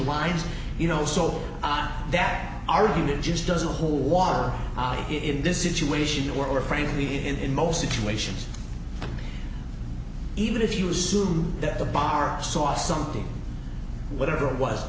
lines you know so on that argument just doesn't hold water in this situation or frankly in most situations even if you assume that the bars saw something whatever was